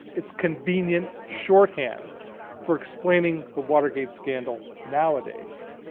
it's convenient shorthand for explaining the watergate scandal nowadays.